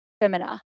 femina